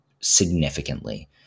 significantly